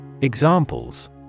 Examples